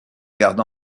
garde